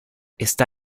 está